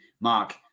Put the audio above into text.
Mark